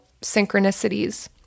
synchronicities